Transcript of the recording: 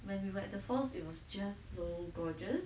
when we were at the falls it was just so gorgeous